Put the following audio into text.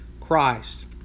Christ